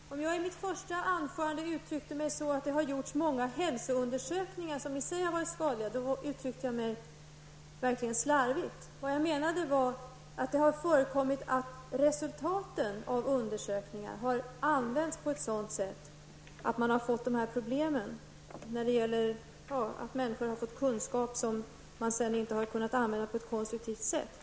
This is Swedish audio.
Herr talman! Om jag i mitt första anförande uttryckte mig så att det har gjorts många hälsoundersökningar som i sig har varit skadliga, uttryckte jag mig verkligen slarvigt. Jag menade att det har förekommit att resultaten av undersökningar har använts på ett sådant sätt att dessa problem har uppstått -- att människor har fått kunskap som de inte har kunnat använda på ett konstruktivt sätt.